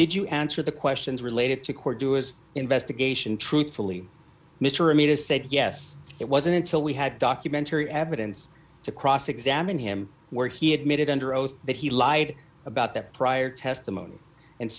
did you answer the questions related to court do is investigation truthfully mr ameda said yes it wasn't until we had documentary evidence to cross examine him where he admitted under oath that he lied about that prior testimony and